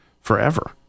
forever